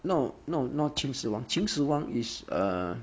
no no not 秦始皇秦始皇 is err